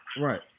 right